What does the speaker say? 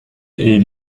est